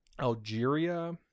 algeria